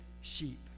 sheep